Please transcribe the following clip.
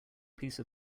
piece